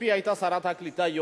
לא שרת הקליטה?